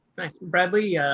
nice, bradley. yeah